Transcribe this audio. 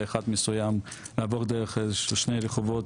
אחד מסוים לעבור דרך איזשהם שני רחובות,